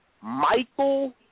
Michael